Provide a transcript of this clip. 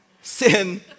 Sin